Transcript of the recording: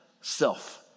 self